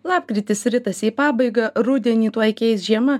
lapkritis ritasi į pabaigą rudenį tuoj keis žiema